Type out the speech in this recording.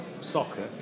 soccer